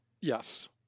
Yes